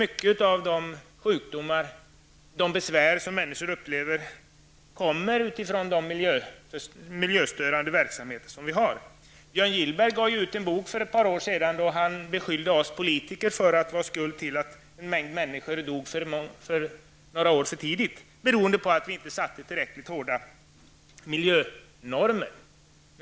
Mycket av de sjukdomar och de besvär som människor upplever kommer från de miljöstörande verksamheter som vi har. Björn Gillberg gav ut en bok för ett par år sedan där han beskyllde oss politiker för att vara skuld till att en mängd människor dog några år för tidigt, beroende på att vi inte satte upp tillräckligt hårda miljönormer.